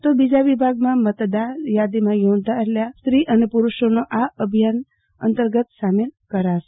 તો બીજા વિભાગમાં મતદારથાદીમાં નોંધાયેલ સ્ત્રીઓ અને પુરૂષોનો આ અભિયાન અંતર્ગત સામેલ કરાશે